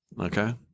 okay